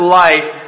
life